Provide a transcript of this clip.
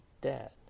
dad